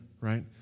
right